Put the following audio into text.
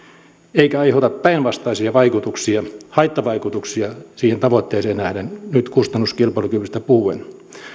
eikä aiheuta päinvastaisia vaikutuksia haittavaikutuksia siihen tavoitteeseen nähden nyt kustannuskilpailukyvystä puhuen